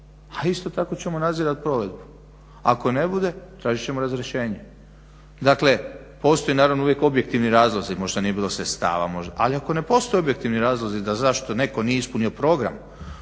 a isto tak ćemo nazirat provedbu, ako ne bude tražit ćemo razrješenje. Dakle, postoji naravno uvijek objektivni razlozi, možda nije bilo sredstava, ali ako ne postoje objektivni razlozi da zašto netko nije ispunio program